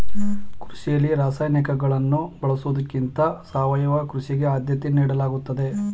ಕೃಷಿಯಲ್ಲಿ ರಾಸಾಯನಿಕಗಳನ್ನು ಬಳಸುವುದಕ್ಕಿಂತ ಸಾವಯವ ಕೃಷಿಗೆ ಆದ್ಯತೆ ನೀಡಲಾಗುತ್ತದೆ